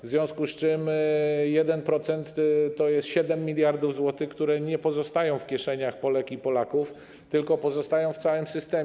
W związku z tym 1% to jest 7 mld zł, które nie pozostają w kieszeniach Polek i Polaków, tylko pozostają w całym systemie.